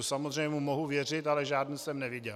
Samozřejmě mu mohu věřit, ale žádný jsem neviděl.